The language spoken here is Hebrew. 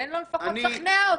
תן לו לפחות לשכנע אותי.